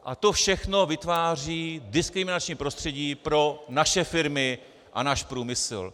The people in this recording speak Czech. A to všechno vytváří diskriminační prostředí pro naše firmy a náš průmysl.